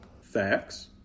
Facts